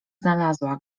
znalazła